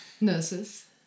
nurses